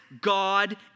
God